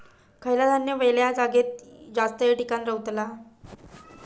खयला धान्य वल्या जागेत जास्त येळ टिकान रवतला?